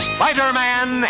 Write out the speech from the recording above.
Spider-Man